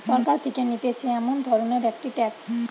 সরকার থেকে নিতেছে এমন ধরণের একটি ট্যাক্স